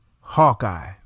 Hawkeye